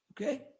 okay